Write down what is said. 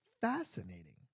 fascinating